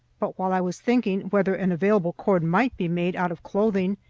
but while i was thinking whether an available cord might be made out of clothing,